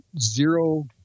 zero